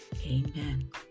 Amen